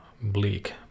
bleak